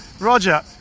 Roger